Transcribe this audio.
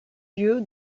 lieu